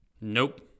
Nope